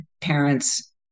parents